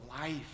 life